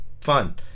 fun